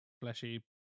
fleshy